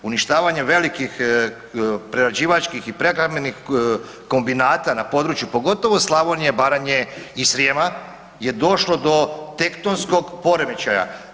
Uništavanje velikih prerađivačkih i prehrambenih kombinata na području pogotovo Slavonije, Baranje i Srijema je došlo do tektonskog poremećaja.